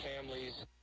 families